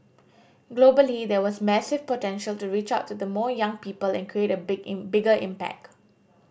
globally there was massive potential to reach out to the more young people and create a big in bigger impact